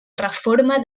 reforma